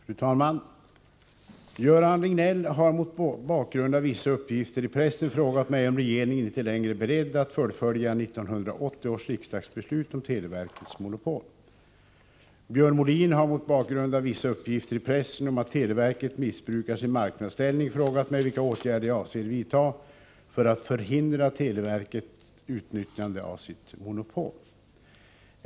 Fru talman! Göran Riegnell har mot bakgrund av vissa uppgifter i pressen frågat mig om regeringen inte längre är beredd att fullfölja 1980 års riksdagsbeslut om televerkets monopol. Björn Molin har mot bakgrund av vissa uppgifter i pressen om att televerket missbrukar sin marknadsställning frågat mig vilka åtgärder jag avser vidta för att förhindra televerkets utnyttjande av sitt monopol.